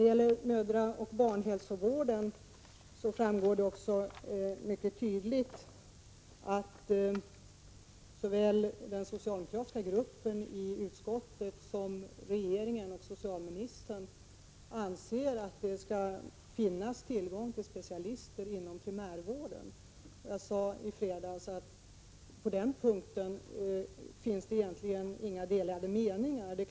Beträffande mödraoch barnhälsovård framgår mycket tydligt att såväl den socialdemokratiska gruppen i utskottet som regeringen och socialministern anser att det skall finnas tillgång till specialister inom primärvården. Jag sade i fredags att det på den punkten egentligen inte finns några delade meningar.